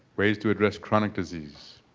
way's to address chronic disease.